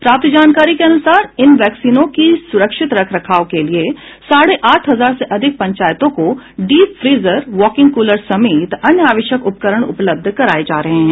प्राप्त जानकारी के अनुसार इन वैक्सीनों की सुरक्षित रख रखाव के लिये साढ़े आठ हजार से अधिक पंचायतों को डीप फ्रिजर वॉकिंग कुलर समेत अन्य आवश्यक उपकरण उपलब्ध कराये जा रहे हैं